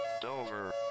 Dover